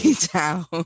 down